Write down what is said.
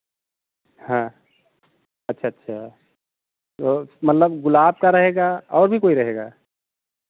हाँ अच्छा अच्छा तो मतलब गुलाब का रहेगा और भी कोई रहेगा